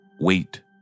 wait